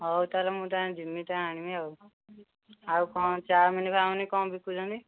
ହଉ ତା'ହେଲେ ମୁଁ ତା'ହେଲେ ଯିମି ତ ଆଣିମି ଆଉ ଆଉ କ'ଣ ଚାଉମିନ୍ ଫାଉମିନ୍ କ'ଣ ବିକୁଛନ୍ତି